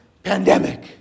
Pandemic